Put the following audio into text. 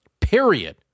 Period